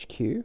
hq